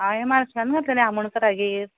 हांवें म्हापशान घातललें आमोणकरागेर